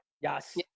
Yes